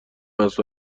است